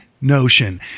Notion